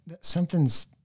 Something's